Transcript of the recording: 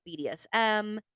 BDSM